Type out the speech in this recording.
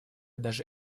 даже